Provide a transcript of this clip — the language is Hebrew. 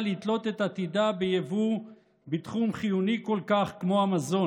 לתלות את עתידה ביבוא בתחום חיוני כל כך כמו המזון.